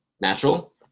natural